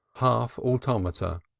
half-automata,